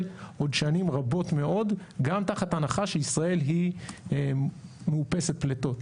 עוד שנים רבות מאוד גם תחת ההנחה שישראל היא מאופסת פליטות,